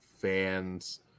fans